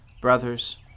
Brothers